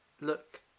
look